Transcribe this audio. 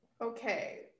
Okay